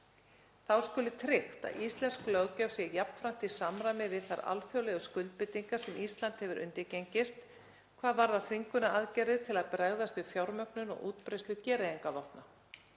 Þá skuli tryggt að íslensk löggjöf sé jafnframt í samræmi við þær alþjóðlegu skuldbindingar sem Ísland hefur undirgengist hvað varðar þvingunaraðgerðir til að bregðast við fjármögnun og útbreiðslu gereyðingarvopna.